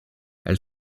elle